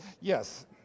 yes